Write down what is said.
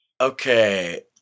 okay